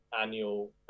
annual